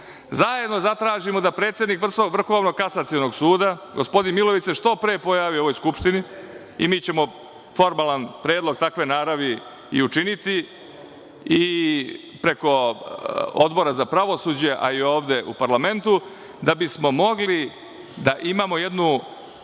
zatražimo da predsednik Vrhovnog kasacionog suda, gospodin Milojević se što pre pojavi u ovoj Skupštini i mi ćemo formalan predlog takve naravi i učiniti i preko Odbora za pravosuđe, a i ovde u parlamentu, da bismo mogli da imamo jednu